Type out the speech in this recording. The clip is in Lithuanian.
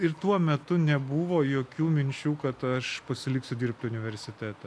ir tuo metu nebuvo jokių minčių kad aš pasiliksiu dirbt universitete